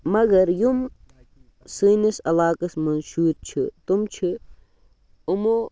مگر یِم سٲنِس علاقَس منٛز شُرۍ چھِ تِم چھِ یِمو